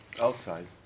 Outside